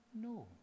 No